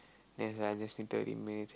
then is like I just literally